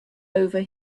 over